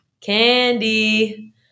Candy